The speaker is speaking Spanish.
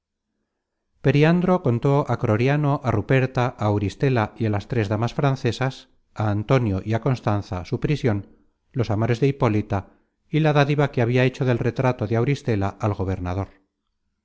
periandro contó á croriano á ruperta á auristela y á las tres damas francesas á antonio y á constanza su prision los amores de hipólita y la dádiva que habia hecho del retrato de auristela al gobernador